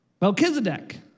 Melchizedek